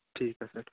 ਠੀਕ ਆ ਸਰ